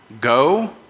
go